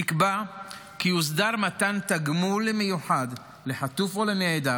נקבע כי הוסדר מתן תגמול למיוחד לחטוף או לנעדר